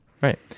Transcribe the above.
Right